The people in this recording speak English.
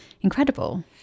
incredible